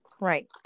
Right